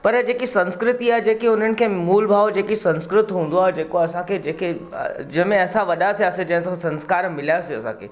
पर जेकी संस्कृति आहे जेकी हुननि खे मूलभाव जेको संस्कृत हूंदो आहे जेको असांखे जेके जंहिंमें असां वॾा थियासीं जंहिंसां संस्कार मिलियासीं असांखे